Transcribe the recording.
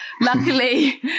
Luckily